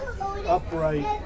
Upright